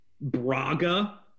Braga